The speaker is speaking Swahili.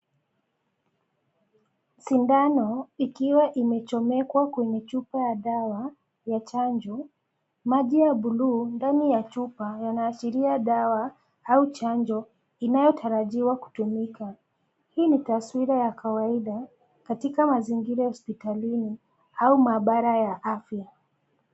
Sindano ikiwa imechomekwa kwenye chupa ya dawa ya chanjo, maji ya buluu ndani ya chupa yanaashiria dawa au chanjo inayotarajiwa kutumika. Hii ni taswira ya kawaida katika mazingira ya hospitalini au mabara ya afya.